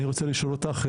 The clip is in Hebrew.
אני רוצה לשאול אותך,